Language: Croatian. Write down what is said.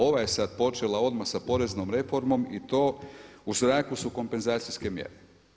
Ova je sad počela odmah sa poreznom reformom i to u zraku su kompenzacijske mjere.